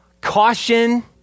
caution